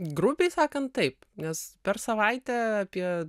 grubiai sakant taip nes per savaitę apie